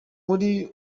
uyu